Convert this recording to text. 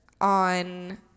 on